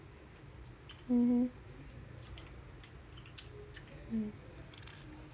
mmhmm mm